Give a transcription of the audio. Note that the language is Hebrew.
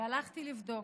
והלכתי לבדוק.